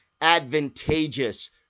advantageous